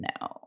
no